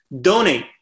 donate